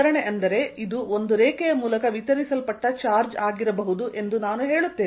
ವಿತರಣೆ ಅಂದರೆ ಇದು ಒಂದು ರೇಖೆಯ ಮೂಲಕ ವಿತರಿಸಲ್ಪಟ್ಟ ಚಾರ್ಜ್ ಆಗಿರಬಹುದು ಎಂದು ನಾನು ಹೇಳುತ್ತೇನೆ